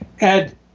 Ed